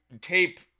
tape